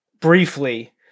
briefly